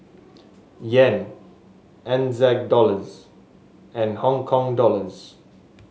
Yen Ng Zag Dollars and Hong Kong Dollars